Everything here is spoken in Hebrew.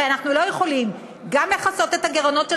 הרי אנחנו לא יכולים גם לכסות את הגירעונות של